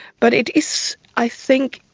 but it is, i think,